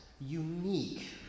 unique